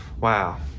Wow